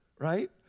Right